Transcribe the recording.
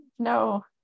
No